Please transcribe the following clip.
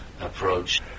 approach